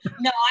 no